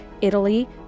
Italy